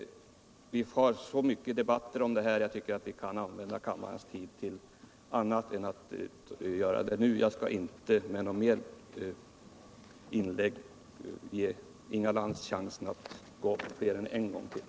Vi har så många debatter i de här frågorna att jag tycker att vi kan använda kammarens tid bättre än att diskutera dem i dag. Jag skall därför inte med något ytterligare inlägg ge Inga Lantz chansen att begära ordet en gång till.